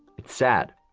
it's sad.